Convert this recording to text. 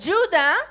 Judah